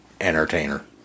entertainer